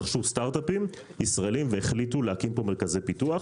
רכשו סטארט-אפים ישראלים והחליטו להקים כאן מרכזי פיתוח.